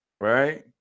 Right